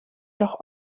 doch